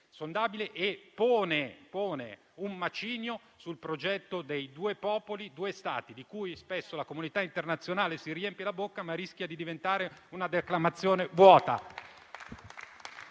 sondabile e un macigno sul progetto dei "due popoli, due stati", di cui spesso la comunità internazionale si riempie la bocca, ma che rischia di diventare una declamazione vuota.